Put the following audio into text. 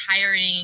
tiring